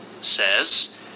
says